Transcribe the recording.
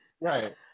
right